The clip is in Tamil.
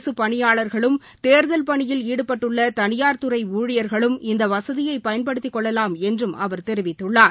அரசு பணியாளா்களும் தேர்தல் பணியில் ஈடுபட்டுள்ள தனியார் துறை ஊழியர்களும் இந்த வசதியை பயன்படுத்திக் கொள்ளலாம் என்றும் அவர் தெரிவித்துள்ளார்